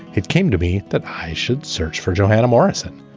it came to me that i should search for johanna morrison.